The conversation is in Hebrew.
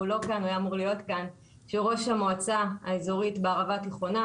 ראש המועצה האזורית בערבה התיכונה.